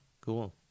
cool